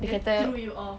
that threw you off